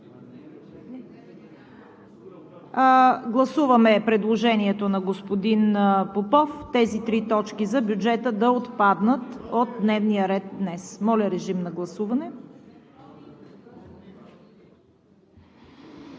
Гласуваме предложението на господин Попов трите точки за бюджета да отпаднат от дневния ред днес. Гласували